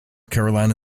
carolina